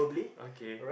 okay